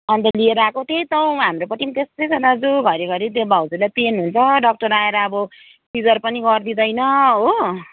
अन्त ल्याएर आएको त्यही त हौ हाम्रोपट्टि पनि त्यस्तै छ दाजु घरिघरि त्यो भाउजुलाई पेन हुन्छ डक्टर आएर अब सिजर पनि गरिदिँदैन हो